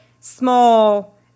small